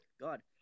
God